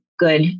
good